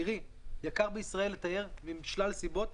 תראי, זה יקר בישראל לתייר בשלל סיבות.